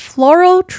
Floral